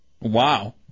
Wow